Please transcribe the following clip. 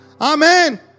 Amen